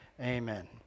amen